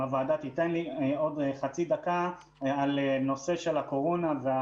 גם לנושא הקורונה.